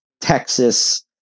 Texas